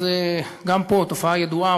אז גם פה תופעה ידועה,